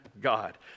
God